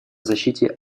защите